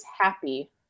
happy